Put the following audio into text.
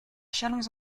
châlons